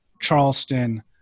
Charleston